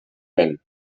vent